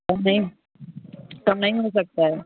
कम नहीं कम नहीं हो सकता है